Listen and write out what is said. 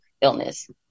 illness